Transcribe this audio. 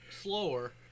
slower